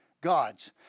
God's